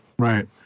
Right